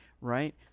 right